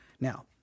Now